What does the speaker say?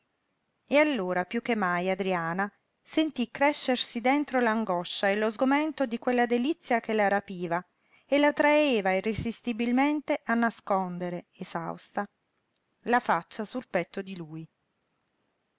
e allora piú che mai adriana sentí crescersi dentro l'angoscia e lo sgomento di quella delizia che la rapiva e la traeva irresistibilmente a nascondere esausta la faccia sul petto di lui